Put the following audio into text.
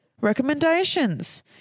recommendations